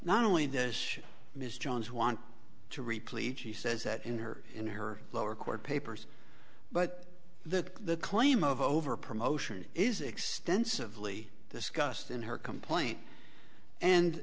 not only does mr johns want to repleat he says that in her in her lower court papers but that the claim of over promotion is extensively discussed in her complaint and